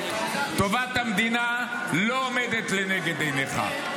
טובת המדינה לא עומדת לנגד עיניך.